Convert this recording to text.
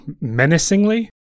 menacingly